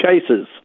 cases